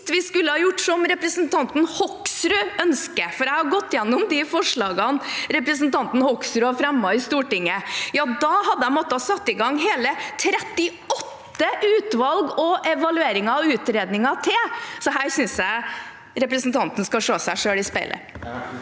Hvis vi skulle ha gjort som representanten Hoksrud ønsker – for jeg har gått gjennom de forslagene representanten Hoksrud har fremmet i Stortinget – hadde jeg måttet sette i gang hele 38 utvalg, evalueringer og utredninger til, så her synes jeg representanten skal se seg selv i speilet.